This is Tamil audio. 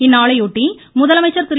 இந்நாளையொட்டி முதலமைச்சர் திரு